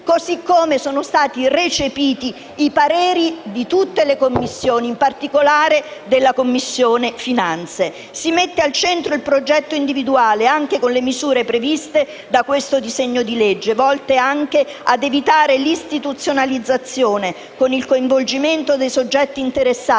così come sono stati recepiti i pareri di tutte le Commissioni, in particolare della Commissione finanze. Si mette al centro il progetto individuale con le misure previste da questo disegno di legge, volte anche a evitare l'istituzionalizzazione, con il coinvolgimento dei soggetti interessati,